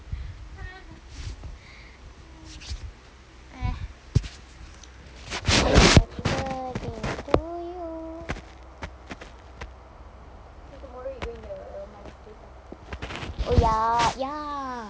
happy birthday to you happy birthday to you oh ya ya